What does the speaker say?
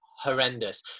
Horrendous